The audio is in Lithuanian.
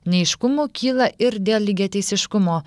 neaiškumų kyla ir dėl lygiateisiškumo